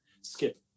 Skip